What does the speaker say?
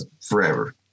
forever